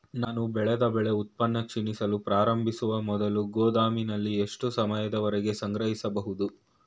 ನಾನು ಬೆಳೆದ ಬೆಳೆ ಉತ್ಪನ್ನ ಕ್ಷೀಣಿಸಲು ಪ್ರಾರಂಭಿಸುವ ಮೊದಲು ಗೋದಾಮಿನಲ್ಲಿ ಎಷ್ಟು ಸಮಯದವರೆಗೆ ಸಂಗ್ರಹಿಸಬಹುದು?